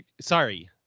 sorry